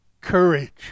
courage